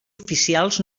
oficials